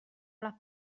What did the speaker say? alla